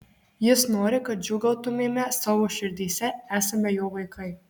jis nori kad džiūgautumėme savo širdyse esame jo vaikai